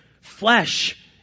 flesh